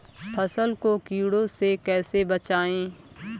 फसल को कीड़ों से कैसे बचाएँ?